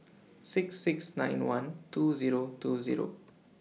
six six nine one two Zero two Zero